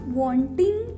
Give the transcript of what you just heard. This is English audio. wanting